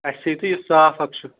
اَسہِ تھٲیِو تُہۍ یُس صاف اکھ چھُ